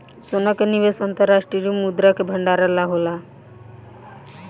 सोना के निवेश अंतर्राष्ट्रीय मुद्रा के भंडारण ला होला